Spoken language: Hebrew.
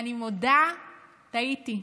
אני מודה, טעיתי.